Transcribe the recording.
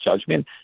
judgment